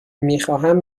میخواهم